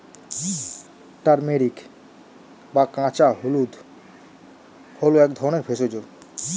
turmeric বা কাঁচা হলুদ হল এক ধরনের ভেষজ